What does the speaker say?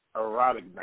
Erotic